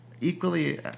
equally